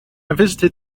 visited